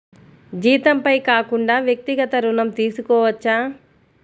జీతంపై కాకుండా వ్యక్తిగత ఋణం తీసుకోవచ్చా?